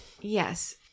Yes